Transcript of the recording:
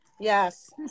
Yes